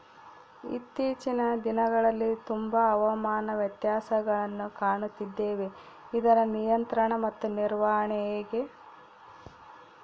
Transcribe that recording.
ಇತ್ತೇಚಿನ ದಿನಗಳಲ್ಲಿ ತುಂಬಾ ಹವಾಮಾನ ವ್ಯತ್ಯಾಸಗಳನ್ನು ಕಾಣುತ್ತಿದ್ದೇವೆ ಇದರ ನಿಯಂತ್ರಣ ಮತ್ತು ನಿರ್ವಹಣೆ ಹೆಂಗೆ?